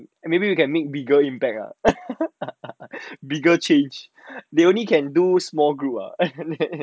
maybe we can make bigger impact bigger change they only can do small group [what]